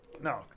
No